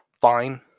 fine